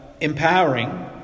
empowering